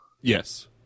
Yes